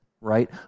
right